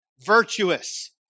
virtuous